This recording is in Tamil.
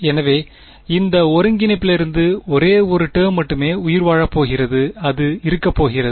எனவே இந்த ஒருங்கிணைப்பிலிருந்து ஒரே ஒரு டேர்ம் மட்டுமே உயிர்வாழப் போகிறது அது இருக்கப்போகிறது